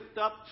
up